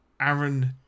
Aaron